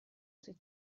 sui